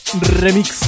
Remix